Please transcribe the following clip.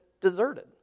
deserted